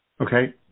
Okay